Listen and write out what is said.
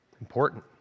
important